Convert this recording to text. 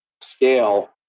scale